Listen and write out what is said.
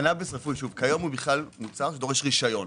קנאביס רפואי, כיום בכלל מוצר שדורש רשיון.